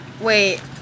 wait